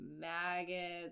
maggots